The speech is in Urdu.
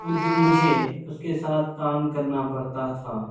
مجھ مجھے اس کے ساتھ کام کرنا پڑتا تھا